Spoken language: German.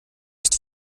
ist